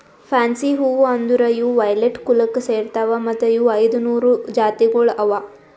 fancy ಹೂವು ಅಂದುರ್ ಇವು ವೈಲೆಟ್ ಕುಲಕ್ ಸೇರ್ತಾವ್ ಮತ್ತ ಇವು ಐದ ನೂರು ಜಾತಿಗೊಳ್ ಅವಾ